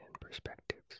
perspectives